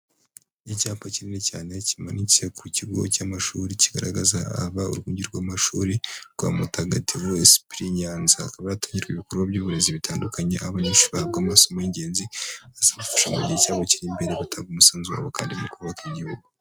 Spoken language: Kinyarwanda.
Icyapa kinini cyane kimanitse ku kigo cy'amashuri, kigaragaza aba urwunge rw'amashuri rwa Mutagatifu Esprit Nyanza. Hakaba hatangirwa ibikorwa by'uburezi bitandukanye, aho abanyeshuri bahabwa amasomo y'ingenzi azabafasha mu gihe cyabo kiri imbere, batanga umusanzu wabo kandi mu kubaka igihugu.